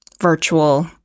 virtual